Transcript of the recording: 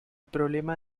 problema